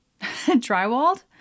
drywalled